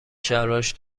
شلوارش